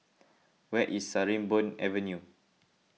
where is Sarimbun Avenue